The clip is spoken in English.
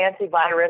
antivirus